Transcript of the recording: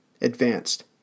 advanced